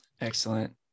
Excellent